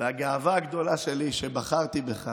והגאווה הגדולה שלי שבחרתי בך